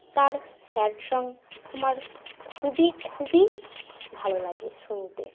তার sad song আমার খুবই খুবই ভালো লাগে শুনতে